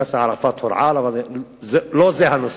יאסר ערפאת הורעל, אבל לא זה הנושא.